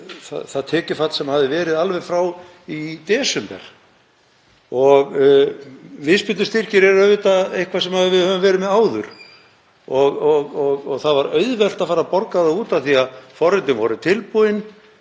það tekjufall sem hafði verið alveg frá því í desember. Viðspyrnustyrkir eru auðvitað eitthvað sem við höfum verið með áður og það var auðvelt að fara að borga það af því að forritin voru tilbúin